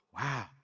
Wow